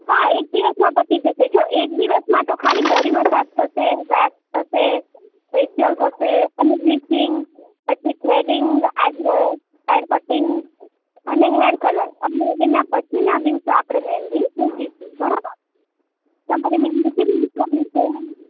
હા એક દિવસમાં પતી જશે જો એક દિવસમાં તો ખાલી બૉડી મસાજ થશે વૅક્સ થશે ફેસિયલ થશે અને બ્લીચિંગ પછી થ્રેડીંગ આઇબ્રો હેર કટિંગ અને હેર કલર અને એના પછીના દિવસે આપણે મહેંદી મૂકીશું બરાબર તમારે મહેંદી કેવી મૂકવાની છે